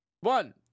one